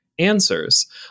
answers